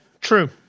true